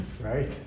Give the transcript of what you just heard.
right